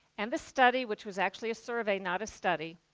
and the study which was actually a survey not a study,